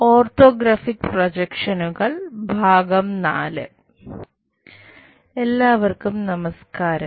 orthographic പ്രൊജക്ഷനുകൾ I എല്ലാവർക്കും നമസ്ക്കാരം